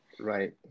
Right